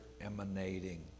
emanating